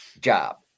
job